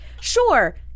sure